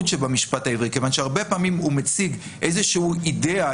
שבמשפט העברי כיוון שהרבה פעמים הוא מציג איזושהי אידיאה,